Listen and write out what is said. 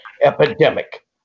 epidemic